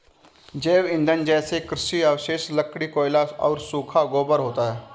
जैव ईंधन जैसे कृषि अवशेष, लकड़ी, कोयला और सूखा गोबर होता है